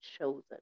chosen